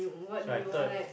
so I thought